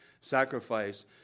sacrifice